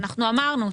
ואנחנו אמרנו,